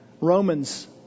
Romans